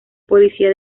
policía